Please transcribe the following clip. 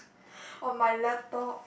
on my laptop